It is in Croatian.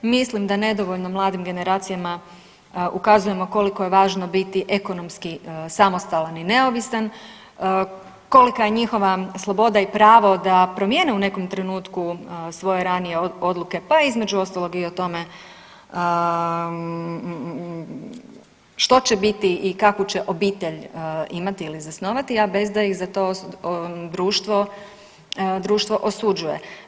Mislim da nedovoljno mladim generacijama ukazujemo koliko je važno biti ekonomski samostalan i neovisan, kolika je njihova sloboda i pravo da promijene u nekom trenutku svoje ranije odluke, pa između ostalog i o tome što će biti i kakvu će obitelj imati i zasnovati, a bez da ih za to društvo osuđuje.